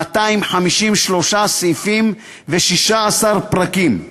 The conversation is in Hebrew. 253 סעיפים ו-16 פרקים.